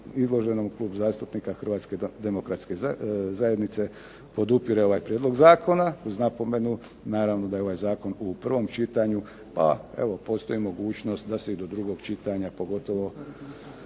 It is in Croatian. izloženom Klub zastupnika HDZ-a podupire ovaj prijedlog zakona uz napomenu da je ovaj zakon u prvom čitanju, pa postoji mogućnost da se i do drugog čitanja pogotovo